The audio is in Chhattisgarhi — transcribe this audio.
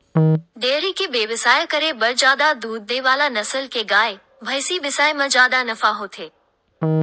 डेयरी के बेवसाय करे बर जादा दूद दे वाला नसल के गाय, भइसी बिसाए म जादा नफा होथे